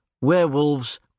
Werewolves